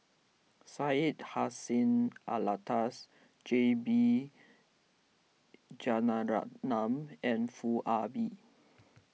Syed Hussein Alatas J B and Foo Ah Bee